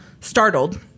Startled